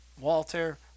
Walter